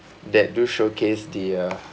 that do showcase the uh